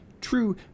True